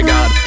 God